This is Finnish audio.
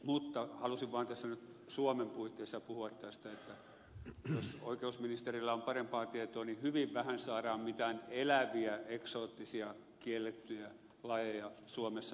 mutta halusin vaan tässä nyt suomen puitteissa puhua tästä että jos oikeusministerillä on parempaa tietoa niin hyvin vähän saadaan mitään eläviä eksoottisia kiellettyjä lajeja suomessa tullissa kiinni